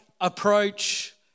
approach